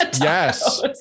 yes